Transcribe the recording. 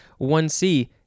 1C